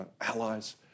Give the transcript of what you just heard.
allies